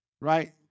Right